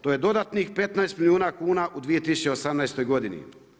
To je dodatnih 15 milijuna kuna u 2018. godini.